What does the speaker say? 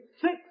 six